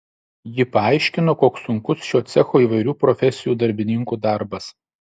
ji paaiškino koks sunkus šio cecho įvairių profesijų darbininkų darbas